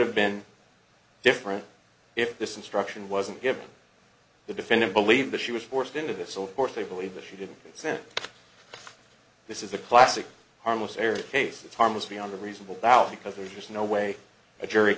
have been different if this instruction wasn't given the defendant believed that she was forced into this so of course they believe that she didn't consent this is a classic harmless error cases harmlessly on the reasonable doubt because there's just no way a jury